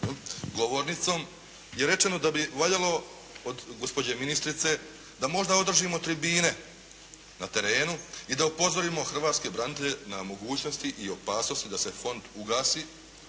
govornicom je rečeno da bi valjalo od gospođe ministrice da možda održimo tribine na terenu i da upozorimo hrvatske branitelje na mogućnosti i opasnosti da se Fond ugasi